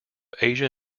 asia